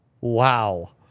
Wow